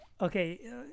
Okay